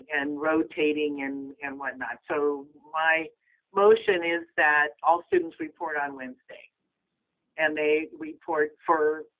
and rotating and and whatnot. so my motion is that all students report on wednesday and they report for,